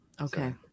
Okay